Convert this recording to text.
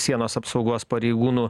sienos apsaugos pareigūnų